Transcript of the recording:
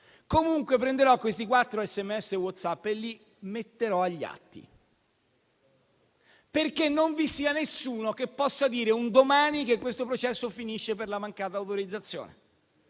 comunque prenderò questi quattro messaggi e WhatsApp e li metterò agli atti. Ciò affinché nessuno possa dire un domani che questo processo finisce per la mancata autorizzazione.